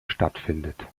stattfindet